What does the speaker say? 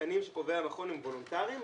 התקנים שקובע המכון הם וולונטריים,